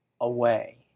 away